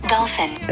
Dolphin